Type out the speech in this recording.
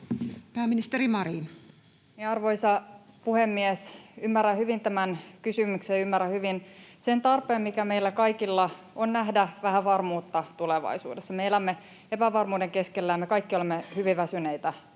Pääministeri Marin. Arvoisa puhemies! Ymmärrän hyvin tämän kysymyksen ja ymmärrän hyvin sen tarpeen, mikä meillä kaikilla on nähdä vähän varmuutta tulevaisuudessa. Me elämme epävarmuuden keskellä, ja me kaikki olemme hyvin väsyneitä